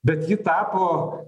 bet ji tapo